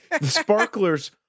sparklers